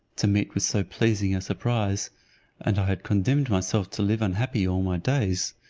to meet with so pleasing a surprise and i had condemned myself to live unhappy all my days.